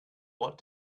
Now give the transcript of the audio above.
what